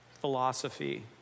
philosophy